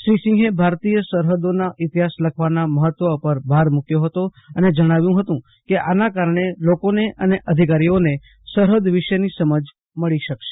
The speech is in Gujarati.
શ્રી સિંહે ભારતીય સરહદોના ઈતિહાસ લખવાના મહત્વ પર ભાર મુક્યો હતો અને જણાવ્યું હતું કે આના કારણે લોકોને અને અધિકારીઓને સરહદ વિશેની સમજ મળી શકશે